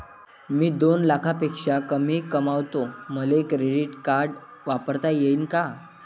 मी दोन लाखापेक्षा कमी कमावतो, मले क्रेडिट कार्ड वापरता येईन का?